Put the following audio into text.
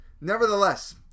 Nevertheless